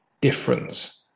difference